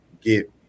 get